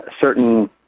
certain